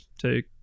take